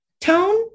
tone